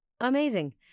Amazing